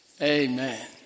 Amen